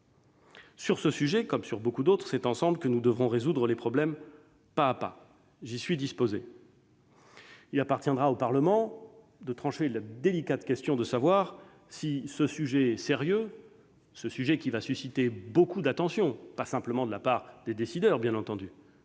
Sur ce sujet, comme sur beaucoup d'autres, c'est ensemble que nous devons résoudre les problèmes, pas à pas. J'y suis disposé. Il appartiendra au Parlement de trancher la délicate question de savoir si ce sujet sérieux, ce sujet qui suscitera beaucoup d'attention, pas simplement de la part des décideurs, bien entendu,